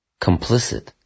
complicit